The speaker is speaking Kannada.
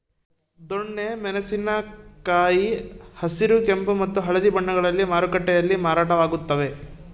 ದೊಣ್ಣೆ ಮೆಣಸಿನ ಕಾಯಿ ಹಸಿರು ಕೆಂಪು ಮತ್ತು ಹಳದಿ ಬಣ್ಣಗಳಲ್ಲಿ ಮಾರುಕಟ್ಟೆಯಲ್ಲಿ ಮಾರಾಟವಾಗುತ್ತವೆ